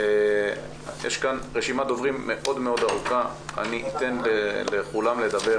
יש כאן רשימת דוברים מאוד מאוד ארוכה ואני אתן לכולם לדבר.